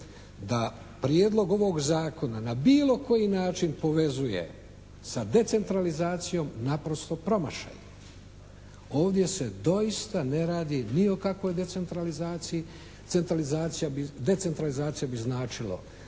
da prijedlog ovoga zakona na bilo koji način povezuje sa decentralizacijom naprosto promašaj. Ovdje se doista ne radi ni o kakvoj decentralizaciji. Decentralizacija bi značilo